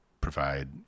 provide